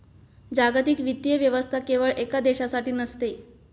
जागतिक वित्तीय व्यवस्था केवळ एका देशासाठी नसते